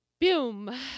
Boom